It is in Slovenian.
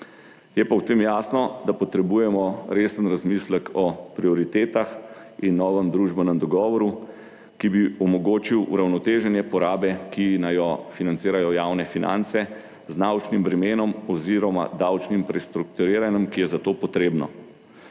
Je pa v tem jasno, da potrebujemo resen razmislek o prioritetah in novem družbenem dogovoru, ki bi omogočil uravnoteženje porabe, ki naj jo financirajo javne finance z davčnim bremenom oziroma davčnim prestrukturiranjem, ki je za to potrebno.